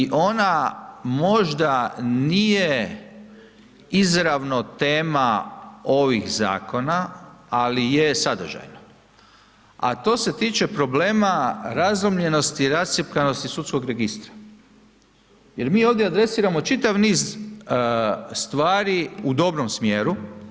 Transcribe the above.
Druga stvar i ona možda nije izravno tema ovih zakona, ali je sadržajno, a to se tiče problema razlomljenosti i rascjepkanosti sudskog registra jer mi ovdje adresiramo čitav niz stvari u dobrom smjeru.